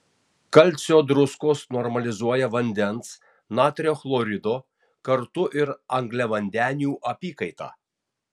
kalcio druskos normalizuoja vandens natrio chlorido kartu ir angliavandenių apykaitą